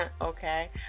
Okay